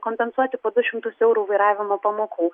kompensuoti po du šimtus eurų vairavimo pamokų